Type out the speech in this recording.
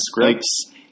scripts